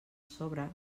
sobre